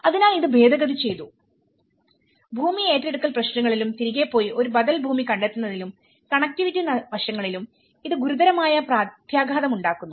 അതിനാൽ ഇത് ഭേദഗതി ചെയ്തു ഭൂമി ഏറ്റെടുക്കൽ പ്രശ്നങ്ങളിലും തിരികെ പോയി ഒരു ബദൽ ഭൂമി കണ്ടെത്തുന്നതിലും കണക്റ്റിവിറ്റി വശങ്ങളിലും ഇത് ഗുരുതരമായ പ്രത്യാഘാതമുണ്ടാക്കുന്നു